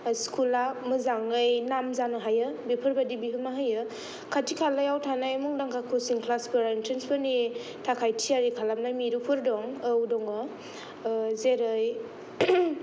स्कुला मोजांयै नाम जानो हायो बेफोर बादि बिहोमा होयो खाथि खालायाव थानाय मुंदांखा कसिं क्लास फोरा इनट्रेनसफोरनि थाखाय थियारि खालामनाय मिरुफोर दङ औ दङ जेरै